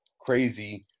crazy